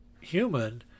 human